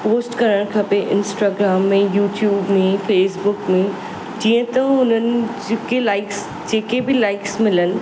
post करणु खपे Instagram में यूट्यूब में फेसबुक में जीअं त हुननि जेके लाइक्स जेके बि लाइक्स मिलनि